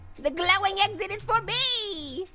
the glowing exit is for me!